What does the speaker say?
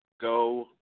Go